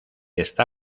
está